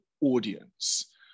audience